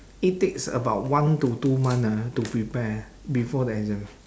it takes about one to two month ah to prepare before the exam